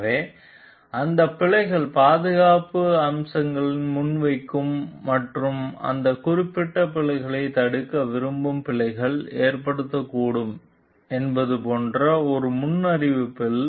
எனவே எந்த பிழைகள் பாதுகாப்பு ஆபத்துக்களை முன்வைக்கும் மற்றும் அந்த குறிப்பிட்ட பிழைகளைத் தடுக்க விரும்பும் பிழைகள் ஏற்படக்கூடும் என்பது போன்ற ஒரு முன்னறிவிப்பில்